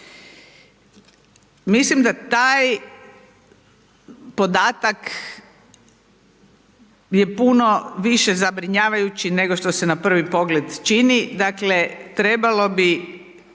Mislim da taj podatak, je puno više zabrinjavajući nego što se na prvi pogled čini,